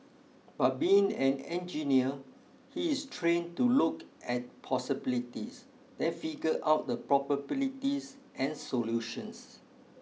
but being an engineer he is trained to look at possibilities then figure out the probabilities and solutions